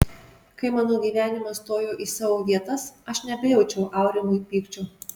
kai mano gyvenimas stojo į savo vietas aš nebejaučiau aurimui pykčio